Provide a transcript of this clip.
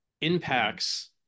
impacts